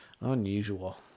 unusual